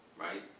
right